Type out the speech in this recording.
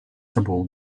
simply